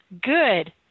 Good